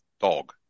dog